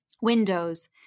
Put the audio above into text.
Windows